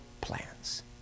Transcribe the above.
plans